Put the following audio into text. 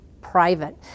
private